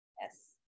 Yes